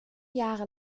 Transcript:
jahre